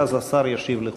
ואז השר ישיב לכולם.